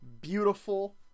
beautiful